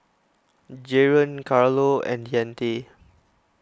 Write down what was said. Jaron Carlo and Deante